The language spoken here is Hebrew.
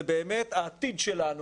שזה באמת העתיד שלנו,